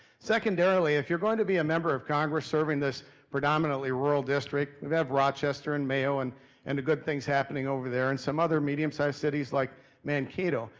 secondarily, if you're going to be a member of congress, serving this predominantly rural district, we have rochester and mayo and the and good things happening over there and some other medium-sized cities like mankato.